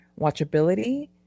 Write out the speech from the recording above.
watchability